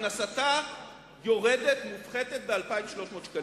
הכנסתה יורדת, מופחתת, ב-2,300 שקלים.